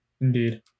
Indeed